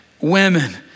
women